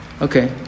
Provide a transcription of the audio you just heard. okay